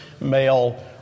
male